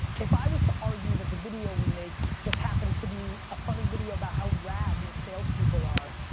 if i was to argue that the video we make just happens to be a funny video about how rad your salespeople are,